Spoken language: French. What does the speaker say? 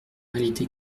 réalité